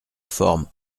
forme